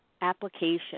Application